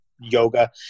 yoga